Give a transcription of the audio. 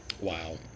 Wow